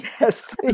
Yes